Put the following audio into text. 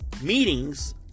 meetings